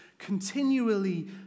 continually